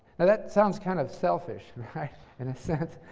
and that sounds kind of selfish in a sense.